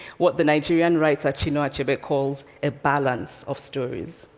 what the nigerian writer chinua achebe calls a balance of stories.